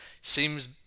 seems